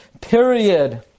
period